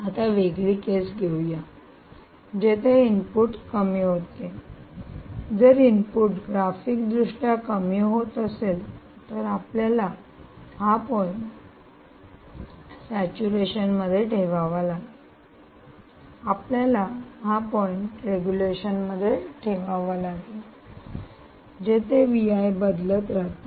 आता वेगळी केस घेऊया जिथे इनपुट कमी होते जर इनपुट ग्राफिक दृष्ट्या कमी होत असेल तर आपल्याला हा पॉईंट सॅच्युरेशन मध्ये ठेवावा लागेल आपल्याला हा पॉईंट रेगुलेशन मध्ये ठेवावा लागेल जिथे बदलत राहते